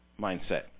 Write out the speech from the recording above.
mindset